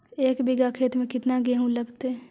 एक बिघा खेत में केतना गेहूं लगतै?